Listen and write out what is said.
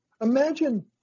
imagine